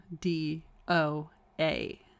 d-o-a